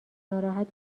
ناراحت